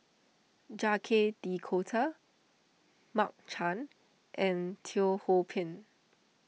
Jacques De Coutre Mark Chan and Teo Ho Pin